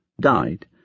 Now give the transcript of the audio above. died